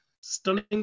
stunning